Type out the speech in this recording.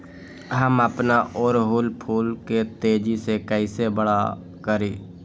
हम अपना ओरहूल फूल के तेजी से कई से बड़ा करी?